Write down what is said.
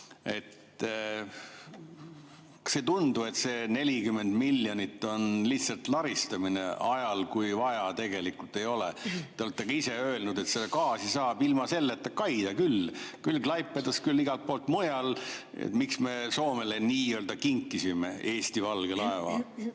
ei tundu, et see 40 miljonit on lihtsalt laristamine ajal, kui seda tegelikult vaja ei ole? Te olete ka ise öelnud, et gaasi saab ilma selleta, küll Klaipedast, küll igalt poolt mujalt. Miks me Soomele nii-öelda kinkisime Eesti valge laeva?